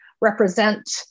represent